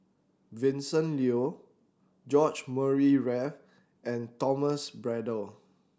Vincent Leow George Murray Reith and Thomas Braddell